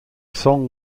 song